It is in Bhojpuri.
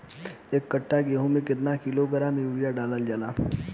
एक कट्टा गोहूँ में केतना किलोग्राम यूरिया डालल जाला?